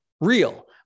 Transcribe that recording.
real